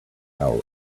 our